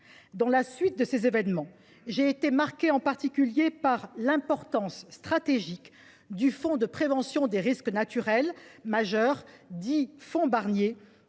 Dans la suite de ces événements, j’ai été frappée de constater l’importance stratégique du fonds de prévention des risques naturels majeurs, dit fonds Barnier,